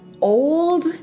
old